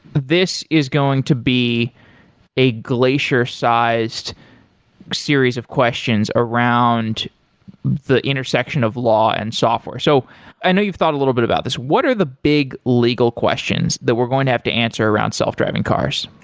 this is going to be a glacier-sized series of questions around the intersection of law and software. so i know you've thought a little bit about this. what are the big legal questions that we're going to have to answer around self-driving cars?